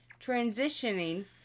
transitioning